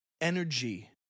energy